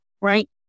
right